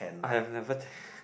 I have never